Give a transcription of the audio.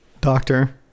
Doctor